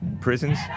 Prisons